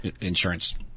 insurance